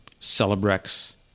Celebrex